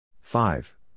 Five